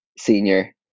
senior